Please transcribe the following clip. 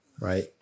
right